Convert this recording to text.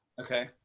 Okay